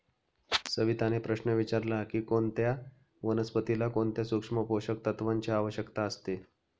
सविताने प्रश्न विचारला की कोणत्या वनस्पतीला कोणत्या सूक्ष्म पोषक तत्वांची आवश्यकता असते?